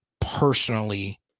personally